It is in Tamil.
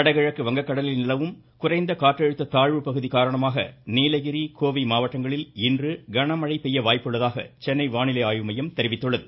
வடகிழக்கு வங்கக்கடலில் நிலவும் குறைந்த காற்றழுத்த தாழ்வு பகுதி காரணமாக நீலகிரி கோவை மாவட்டங்களில் இன்று கன மழை பெய்ய வாய்ப்புள்ளதாக சென்னை வானிலை ஆய்வு மையம் தெரிவித்துள்ளது